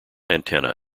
antenna